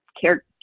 care